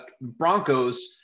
Broncos